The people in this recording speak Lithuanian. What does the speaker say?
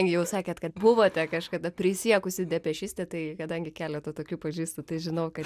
jau sakėt kad buvote kažkada prisiekusi depešistė tai kadangi keletą tokių pažįstu tai žinau kad